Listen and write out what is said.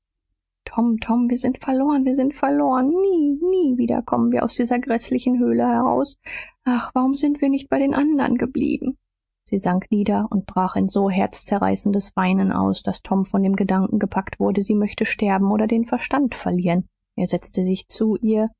tom tom wir sind verloren wir sind verloren nie nie wieder kommen wir aus dieser gräßlichen höhle heraus ach warum sind wir nicht bei den anderen geblieben sie sank nieder und brach in so herzzerreißendes weinen aus daß tom von dem gedanken gepackt wurde sie möchte sterben oder den verstand verlieren er setzte sich zu ihr